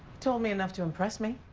told me enough to impress me.